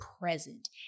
present